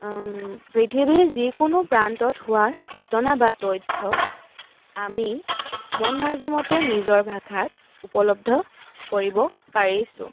পৃথিৱীৰ যিকোনো প্ৰান্তত হোৱা ঘটনা বা তথ্য আমি মন মৰ্জিমতে নিজৰ ভাষাত উপলব্ধ কৰিব পাৰিছোঁ